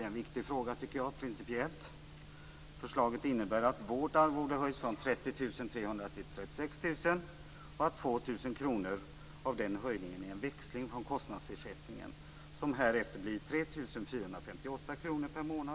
Jag tycker att det är en principiellt viktig fråga. Förslaget innebär att vårt arvode höjs från 30 300 kr till 36 000 kr. 2 000 kr av den höjningen är en växling från kostnadsersättningen som härefter blir 3 458 kr per månad.